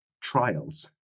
trials